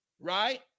right